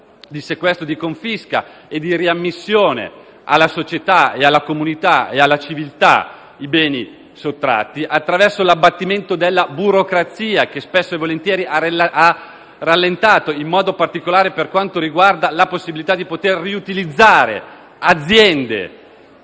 di sequestro, di confisca e di riammissione alla società, alla comunità e alla civiltà dei beni sottratti, nonché una riduzione della burocrazia che spesso e volentieri ha determinato rallentamenti, in modo particolare per quanto riguarda la possibilità di riutilizzare aziende